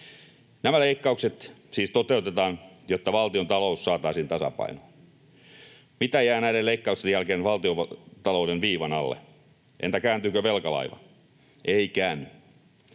Nämä leikkaukset siis toteutetaan, jotta valtiontalous saataisiin tasapainoon. Mitä jää näiden leikkausten jälkeen valtiontalouden viivan alle? Entä kääntyykö velkalaiva? Ei käänny.